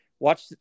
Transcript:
Watch